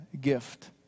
gift